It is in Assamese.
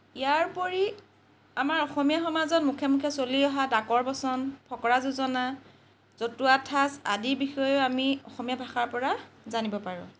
ইয়াৰ উপৰি আমাৰ অসমীয়া সমাজত মুখে মুখে চলি অহা ডাকৰ বচন ফকৰা যোজনা জতুৱা ঠাঁচ আদিৰ বিষয়েও আমি অসমীয়া ভাষাৰ পৰা জানিব পাৰোঁ